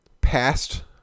past